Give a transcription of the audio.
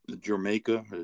Jamaica